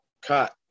cut